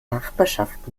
nachbarschaft